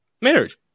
Marriage